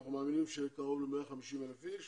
אנחנו מאמינים שיהיו קרוב ל-150,000 עולים